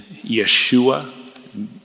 Yeshua